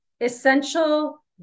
essential